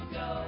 go